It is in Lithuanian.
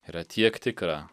yra tiek tikra